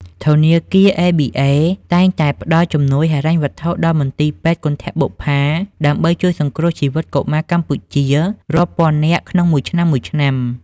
ធនាគារ ABA តែងតែផ្តល់ជំនួយហិរញ្ញវត្ថុដល់ មន្ទីរពេទ្យគន្ធបុប្ផា ដើម្បីជួយសង្គ្រោះជីវិតកុមារកម្ពុជារាប់ពាន់នាក់ក្នុងមួយឆ្នាំៗ។